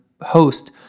host